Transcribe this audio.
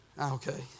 Okay